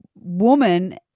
woman